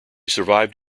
survived